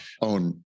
own